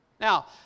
Now